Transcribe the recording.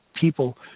people